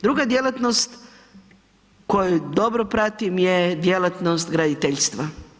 Druga djelatnost koju dobro pratim je djelatnost graditeljstva.